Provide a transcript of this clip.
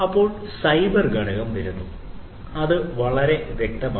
അപ്പോൾ സൈബർ ഘടകം വരുന്നു ഇത് വളരെ വ്യക്തമാണ്